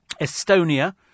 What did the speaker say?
Estonia